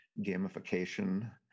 gamification